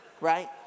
right